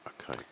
Okay